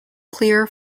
clear